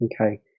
Okay